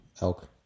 elk